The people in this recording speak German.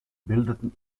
bildeten